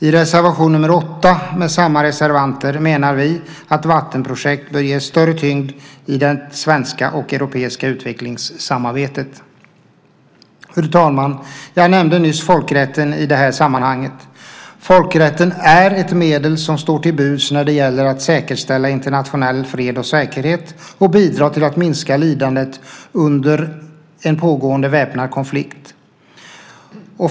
I reservation nr 8 från samma reservanter menar vi att vattenprojekt bör ges större tyngd i det svenska och europeiska utvecklingssamarbetet. Fru talman! Jag nämnde nyss folkrätten i det här sammanhanget. Folkrätten är ett medel som står till buds när det gäller att säkerställa internationell fred och säkerhet och bidra till att minska lidandet under en pågående väpnad konflikt.